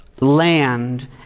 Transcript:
land